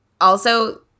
also-